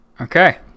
Okay